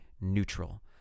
neutral